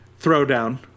throwdown